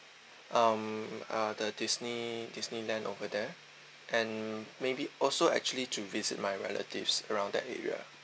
um uh the disney disneyland over there and maybe also actually to visit my relatives around that area